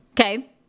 Okay